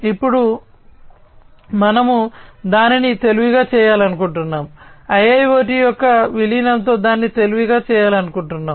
ఇప్పుడు మనము దానిని తెలివిగా చేయాలనుకుంటున్నాము IIoT యొక్క విలీనంతో దాన్ని తెలివిగా చేయాలనుకుంటున్నాము